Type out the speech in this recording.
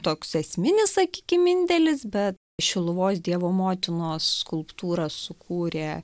toks esminis sakykim indėlis bet šiluvos dievo motinos skulptūrą sukūrė